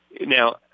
Now